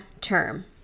term